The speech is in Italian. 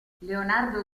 leonardo